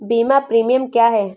बीमा प्रीमियम क्या है?